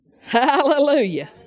Hallelujah